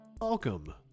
Welcome